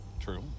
True